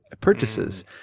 purchases